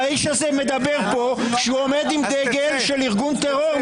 האיש הזה מדבר פה כשהוא עומד עם דגל של ארגון טרור.